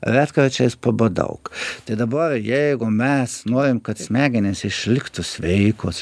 retkarčiais pabadauk tai dabar jeigu mes norim kad smegenys išliktų sveikos